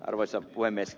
arvoisa puhemies